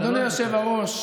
אדוני היושב-ראש,